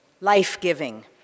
life-giving